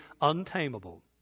untamable